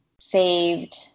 saved